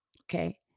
okay